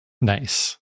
Nice